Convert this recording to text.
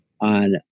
on